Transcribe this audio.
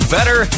Better